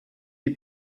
die